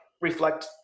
reflect